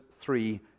three